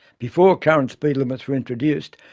before current speed limits were introduced,